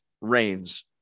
rains